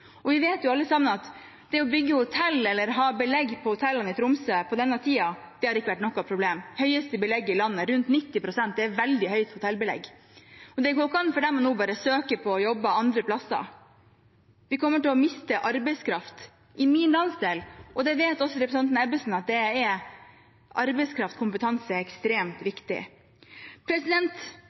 Og vi vet jo alle sammen at det å bygge hotell eller å ha belegg på hotellene i Tromsø på denne tida ikke har vært noe problem. De har hatt det høyeste belegget i landet, rundt 90 pst. Det er et veldig høyt hotellbelegg. Og det går ikke an for dem nå å søke på jobber andre plasser. Vi kommer til å miste arbeidskraft i min landsdel. Også representanten Ebbesen vet at arbeidskraft og kompetanse er ekstremt viktig.